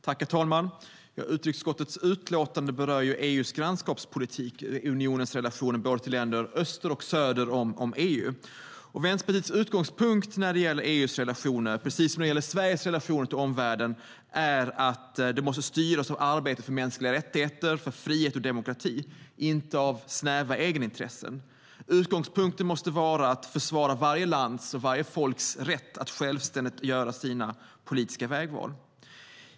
Herr talman! Utrikesutskottets utlåtande berör EU:s grannskapspolitik, det vill säga unionens relationer till länderna både öster och söder om EU. Vänsterpartiets utgångspunkt när det gäller EU:s relationer, precis som när det gäller Sveriges relationer till omvärlden, är att de måste styras av arbetet för mänskliga rättigheter, frihet och demokrati - inte av snäva egenintressen. Utgångspunkten måste vara att försvara varje lands och varje folks rätt att självständigt göra sina politiska vägval.